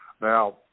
Now